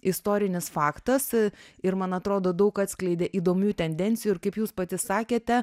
istorinis faktas ir man atrodo daug atskleidė įdomių tendencijų ir kaip jūs pati sakėte